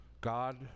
God